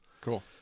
Cool